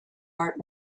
art